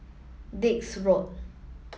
Dix Road